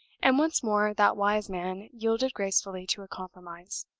and once more that wise man yielded gracefully to a compromise.